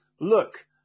look